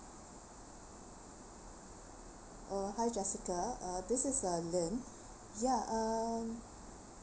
uh hi jessica uh this is uh lynn ya uh